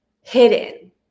hidden